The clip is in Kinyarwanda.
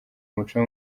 umuco